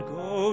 go